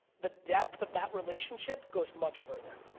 the depth of that relationship goes much further.